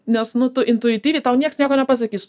nes nu tu intuityviai tau nieks nieko nepasakys